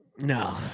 No